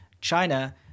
china